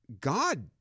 god